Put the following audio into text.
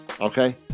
Okay